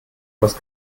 was